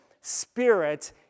spirit